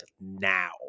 now